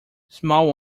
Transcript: small